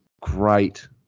great